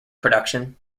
production